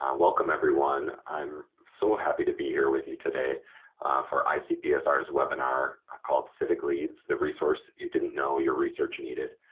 welcome everyone, i'm so happy to be here with you today for icpsr's webinar ah called civicleads the resource you didn't know your research needed.